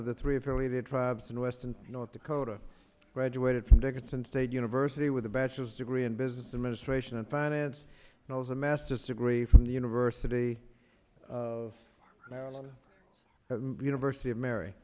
of the three affiliated tribes in western north dakota graduated from dickinson state university with a bachelor's degree in business administration and finance knows a masters degree from the university of the university of mary